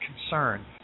concern